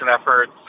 efforts